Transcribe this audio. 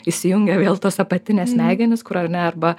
įsijungia vėl tos apatinės smegenys kur ar ne arba